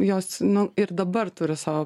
jos nu ir dabar turi savo